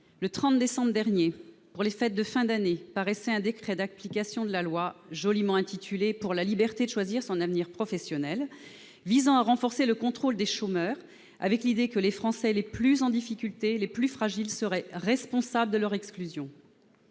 Le 30 décembre dernier, pour les fêtes de fin d'année, est paru un décret d'application de la loi joliment intitulée « pour la liberté de choisir son avenir professionnel », un décret visant à renforcer le contrôle des chômeurs, dans l'idée que les Français les plus fragiles seraient responsables de leur exclusion.